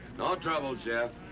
no trouble, sheriff.